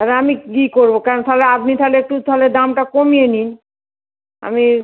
তালে আমি কী করবো কেন থালে আপনি তাহলে একটু থালে দামটা কমিয়ে নিন আমি